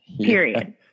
Period